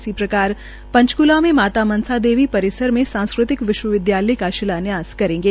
इसी प्रकार पंचकला मे माता मनसा देवी परिसर मे सांस्कृतिक विश्व विदयालय का शिलान्यास करेंगे